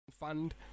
fund